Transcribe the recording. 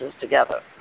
together